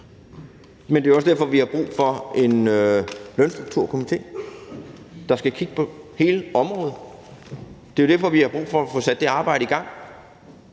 (V): Det er også derfor, vi har brug for en lønstrukturkomité, der skal kigge på hele området. Det er jo derfor, vi har brug for at få sat det arbejde i gang,